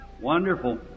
Wonderful